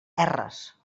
erres